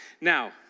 Now